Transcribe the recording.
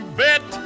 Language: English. bet